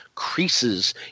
creases